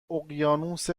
اقیانوس